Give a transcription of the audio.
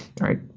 Right